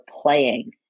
playing